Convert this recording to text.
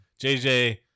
JJ